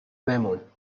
بمون